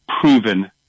proven